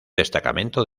destacamento